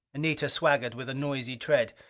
anita swaggered with a noisy tread.